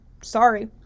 Sorry